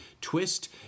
twist